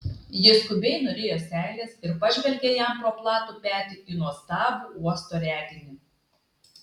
ji skubiai nurijo seiles ir pažvelgė jam pro platų petį į nuostabų uosto reginį